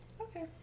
Okay